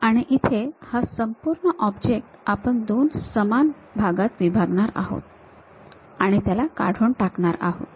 आणि इथे हा संपूर्ण ऑब्जेक्ट आपण दोन सामान भागात विभागणारी आहोत आणि त्याला काढून टाकणार आहोत